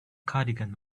cardigan